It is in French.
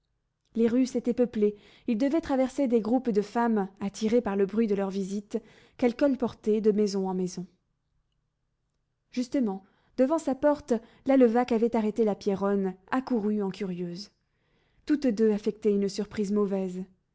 les rues s'étaient peuplées ils devaient traverser des groupes de femmes attirées par le bruit de leur visite qu'elles colportaient de maison en maison justement devant sa porte la levaque avait arrêté la pierronne accourue en curieuse toutes deux affectaient une surprise mauvaise